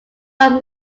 are